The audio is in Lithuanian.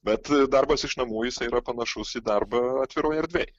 bet darbas iš namų jisai yra panašaus į darbą atviroj erdvėj